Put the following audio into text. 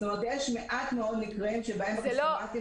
זאת אומרת שיש מעט מאוד מקרים שבהם בכספומטים